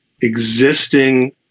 existing